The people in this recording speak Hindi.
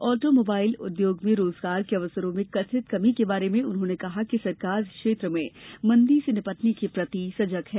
ऑटो मोबाइल उद्योग में रोजगार के अवसरों में कथित कमी के बारे में उन्होंने कहा कि सरकार इस क्षेत्र में मंदी से निपटने के प्रति सजग है